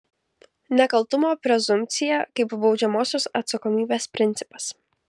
nekaltumo prezumpcija kaip baudžiamosios atsakomybės principas